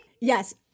Yes